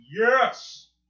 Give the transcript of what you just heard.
Yes